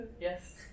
Yes